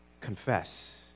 confess